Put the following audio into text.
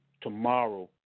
tomorrow